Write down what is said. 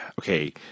Okay